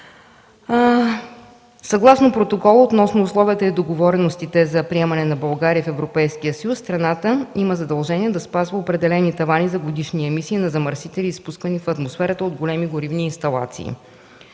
съгласно Протокола относно условията и договореностите за приемане на България в Европейския съюз, страната има задължение да спазва определени тавани за годишни емисии от замърсители, изпускани в атмосферата от големи горивни инсталации.